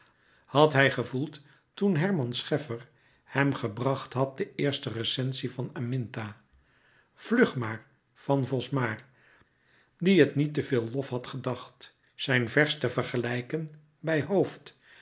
had hij gevoeld toen herman scheffer hem gebracht had de eerste recensie van aminta vlugmaar van vosmaer die het niet te veel lof had gedacht zijn vers te vergelijken bij hooft